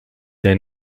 they